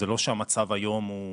זה לא שהמצב היום הוא